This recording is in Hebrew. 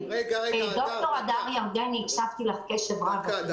אני צריכה רק שיגיד לי "פניתי".